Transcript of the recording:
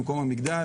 במקום המקדש,